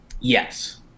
Yes